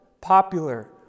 popular